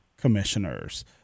commissioners